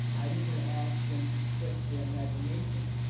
i even asked them to stretch their imagination,